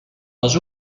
les